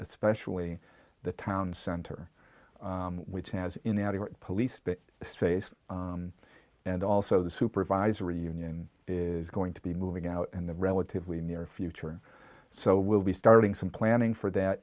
especially the town center which has in the police space and also the supervisory union is going to be moving out in the relatively near future so we'll be starting some planning for that